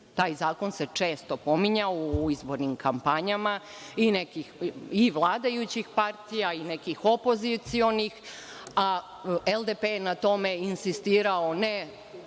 Taj zakon se često pominjao u izbornim kampanjama i vladajućih partija i nekih opozicionih, a LDP je na tome insistirao ne